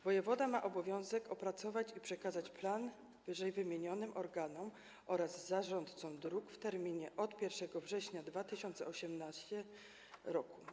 Wojewoda ma obowiązek opracować i przekazać plan ww. organom oraz zarządcom dróg w terminie do 1 września 2018 r.